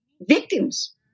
victims